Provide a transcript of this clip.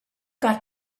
got